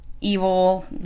evil